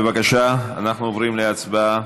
בבקשה, אנחנו עוברים להצבעה.